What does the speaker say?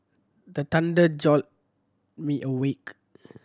the thunder jolt me awake